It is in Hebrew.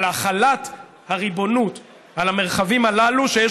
על החלת הריבונות על המרחבים הללו שיש